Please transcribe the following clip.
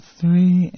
three